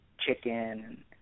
chicken